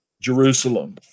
Jerusalem